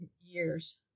years